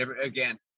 again